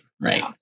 right